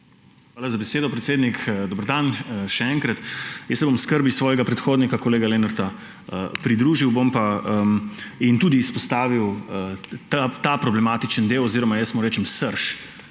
Hvala za besedo, predsednik. Dober dan še enkrat! Skrbi svojega predhodnika kolega Lenarta se bom pridružil in tudi izpostavil ta problematičen del oziroma jaz mu rečem srž;